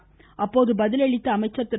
இதற்கு பதிலளித்த அமைச்சர் திரு